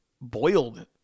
boiled